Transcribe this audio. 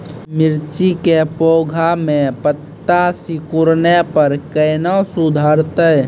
मिर्ची के पौघा मे पत्ता सिकुड़ने पर कैना सुधरतै?